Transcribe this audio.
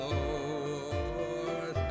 Lord